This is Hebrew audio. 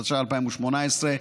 התשע"ח 2018,